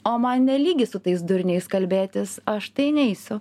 o man ne lygis su tais durniais kalbėtis aš tai neisiu